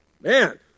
Man